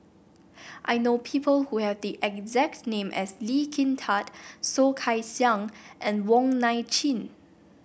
I know people who have the exact name as Lee Kin Tat Soh Kay Siang and Wong Nai Chin